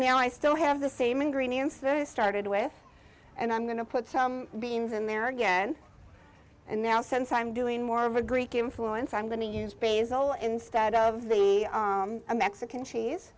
now i still have the same ingredients that i started with and i'm going to put some beans in there again and now since i'm doing more of a greek influence i'm going to use faisal instead of the mexican cheese